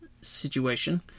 situation